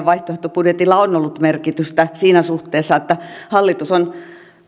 vaihtoehtobudjetillamme on ollut merkitystä siinä suhteessa että hallitus on